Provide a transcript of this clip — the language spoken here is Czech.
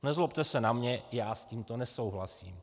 Nezlobte se na mě, já s tímto nesouhlasím.